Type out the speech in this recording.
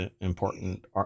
important